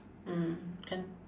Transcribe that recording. mm can